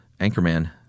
Anchorman